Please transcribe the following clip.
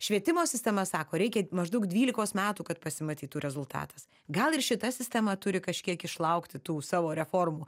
švietimo sistema sako reikia maždaug dvylikos metų kad pasimatytų rezultatas gal ir šita sistema turi kažkiek išlaukti tų savo reformų